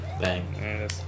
Bang